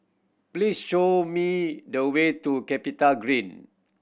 please show me the way to CapitaGreen